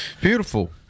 Beautiful